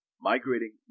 Migrating